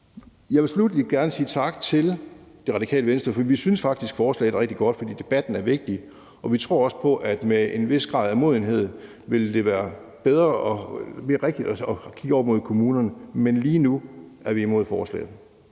Jeg vil sluttelig gerne sige tak til Radikale Venstre, for vi synes faktisk, forslaget er rigtig godt, fordi debatten er vigtig. Vi tror også på, at med en vis grad af modenhed vil det være bedre og mere rigtigt at kigge over mod kommunerne, men lige nu er vi imod forslaget.